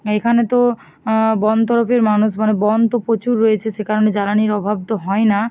এইখানে তো বন তরফের মানুষ মানে বন তো প্রচুর রয়েছে সেই কারণে জ্বালানির অভাব তো হয় না